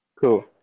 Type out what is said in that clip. Cool